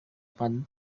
fun